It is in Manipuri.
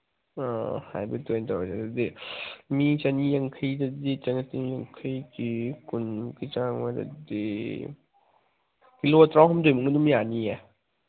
ꯑꯥ ꯍꯥꯏꯕ꯭ꯔꯤꯠꯇꯣ ꯑꯣꯏ ꯇꯧꯔꯁꯤ ꯑꯗꯨꯗꯤ ꯃꯤ ꯆꯅꯤ ꯌꯥꯡꯈꯩꯗꯗꯤ ꯀꯨꯟꯃꯨꯛꯀꯤ ꯆꯥꯡ ꯑꯣꯏꯔꯗꯤ ꯀꯤꯂꯣ ꯇꯔꯥꯍꯨꯝꯗꯣꯏꯃꯨꯛꯅ ꯑꯗꯨꯝ ꯌꯥꯅꯤꯌꯦ